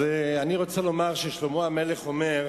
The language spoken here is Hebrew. אני רוצה לומר ששלמה המלך אומר: